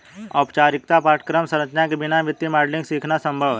औपचारिक पाठ्यक्रम संरचना के बिना वित्तीय मॉडलिंग सीखना संभव हैं